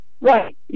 Right